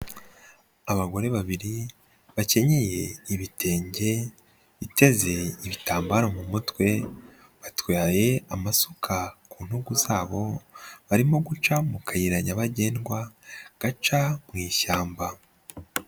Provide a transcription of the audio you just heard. Abagore babiri bakenyeye ibitenge biteze ibitambaro mu mutwe batwaye amasuka ku ntugu zabo barimo guca mu kayira nyabagendwa gaca mu ishyamba.